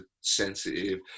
sensitive